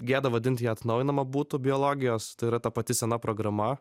gėda vadinti ją atnaujinama būtų biologijos tai yra ta pati sena programa